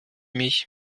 mich